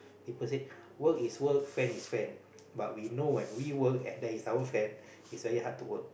people say work is work friend is friend but we know when we work and they if our friend it is very hard to work